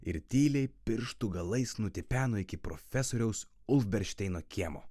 ir tyliai pirštų galais nutipeno iki profesoriaus ulfbernšteino kiemo